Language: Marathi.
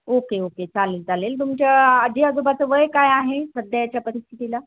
ओके ओके चालेल चालेल तुमच्या आजी आजोबाचं वय काय आहे सध्याच्या परिस्थितीला